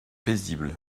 paisible